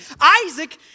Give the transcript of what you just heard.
Isaac